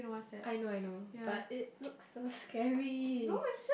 I know I know but it looks so scary